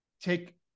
take